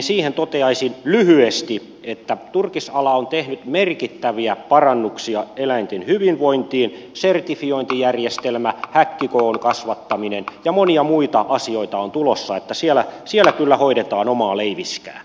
siihen toteaisin lyhyesti että turkisala on tehnyt merkittäviä parannuksia eläinten hyvinvointiin sertifiointijärjestelmä häkkikoon kasvattaminen ja monia muita asioita on tulossa että siellä kyllä hoidetaan omaa leiviskää